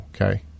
Okay